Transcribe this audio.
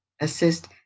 assist